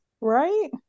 Right